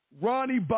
Ronnie